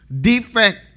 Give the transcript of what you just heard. defect